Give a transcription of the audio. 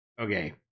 Okay